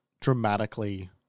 Dramatically